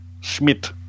Schmidt